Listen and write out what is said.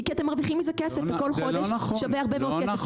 היא כי אתם מרוויחים מזה כסף וכל חודש שווה הרבה מאוד כסף.